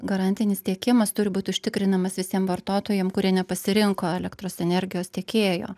garantinis tiekimas turi būt užtikrinamas visiem vartotojam kurie nepasirinko elektros energijos tiekėjo